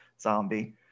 zombie